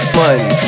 money